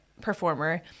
performer